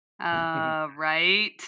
right